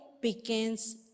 begins